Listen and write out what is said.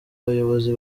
bayobozi